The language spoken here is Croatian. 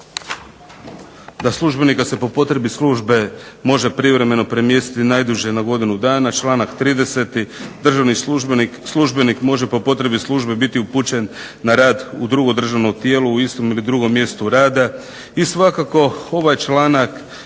da službenika se po potrebi službe može privremeno premjestiti najduže na godinu dana, članak 30. državni službenik može po potrebi službe biti upućen na rad u drugo državno tijelo u istom ili drugom mjestu rada i svakako ovaj članak